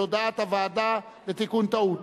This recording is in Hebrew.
על הודעת הוועדה על תיקון טעות.